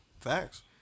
Facts